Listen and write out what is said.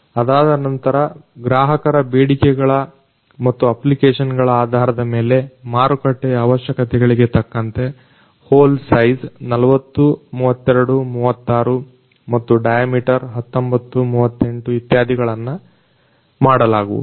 ಅದಾದ ನಂತರ ಗ್ರಾಹಕರ ಬೇಡಿಕಗಳ ಮತ್ತು ಅಪ್ಲಿಕೇಷನ್ಗಳ ಆಧಾರದ ಮೇಲೆ ಮಾರುಕಟ್ಟೆಯ ಅವಶ್ಯಕತೆಗಳಿಗೆ ತಕ್ಕಂತೆ ಹೋಲ್ ಸೈಜು 403236 ಮತ್ತು ಡೈಯಾಮೀಟರ್1938 ಇತ್ಯಾದಿಗಳನ್ನ ಮಾಡಲಾಗುವುದು